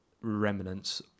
remnants